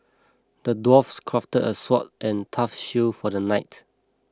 the dwarf crafted a sword and tough shield for the knight